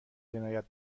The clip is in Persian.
جنایت